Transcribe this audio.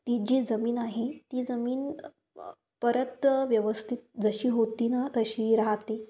ती जी जमीन आहे ती जमीन परत व्यवस्थित जशी होती ना तशी राहाते